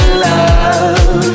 love